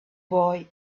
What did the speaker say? boy